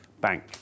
bank